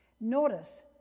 Notice